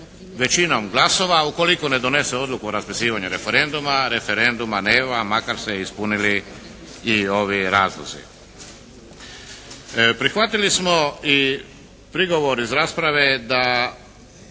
većinom glasova. Ukoliko ne donese odluku o raspisivanju referenduma referenduma nema makar se ispunili i ovi razlozi. Prihvatili smo i prigovor iz rasprave da